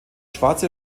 schwarze